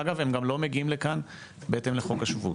אגב, הם גם לא מגיעים לכאן בהתאם לחוק השבות.